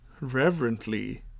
Reverently